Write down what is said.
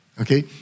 okay